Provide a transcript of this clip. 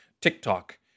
TikTok